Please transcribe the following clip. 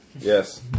Yes